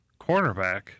cornerback